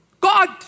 God